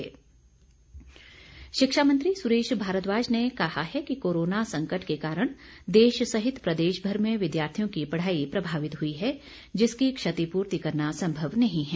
सुरेश भारद्वाज शिक्षा मंत्री सुरेश भारद्वाज ने कहा है कि कोरोना संकट के कारण देश सहित प्रदेशभर में विद्यार्थियों की पढ़ाई प्रभावित हुई है जिसकी क्षतिपूर्ति करना संभव नहीं है